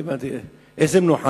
איזה מנוחה?